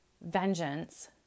vengeance